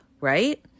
right